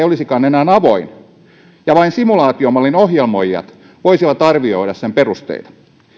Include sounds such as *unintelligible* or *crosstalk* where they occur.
*unintelligible* olisikaan enää avoin ja vain simulaatiomallin ohjelmoijat voisivat arvioida sen perusteita